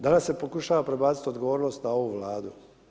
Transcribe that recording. Danas se pokušava prebacit odgovornost na ovu Vladu.